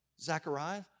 Zechariah